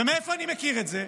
ומאיפה אני מכיר את זה?